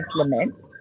implement